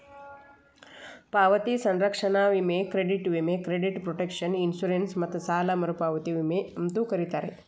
ಪಾವತಿ ಸಂರಕ್ಷಣಾ ವಿಮೆ ಕ್ರೆಡಿಟ್ ವಿಮೆ ಕ್ರೆಡಿಟ್ ಪ್ರೊಟೆಕ್ಷನ್ ಇನ್ಶೂರೆನ್ಸ್ ಮತ್ತ ಸಾಲ ಮರುಪಾವತಿ ವಿಮೆ ಅಂತೂ ಕರೇತಾರ